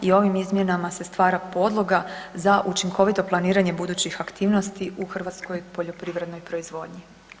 I ovim izmjenama se stvara podloga za učinkovito planiranje budućih aktivnosti u hrvatskoj poljoprivrednoj proizvodnji.